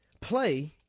play